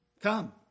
Come